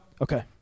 Okay